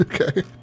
Okay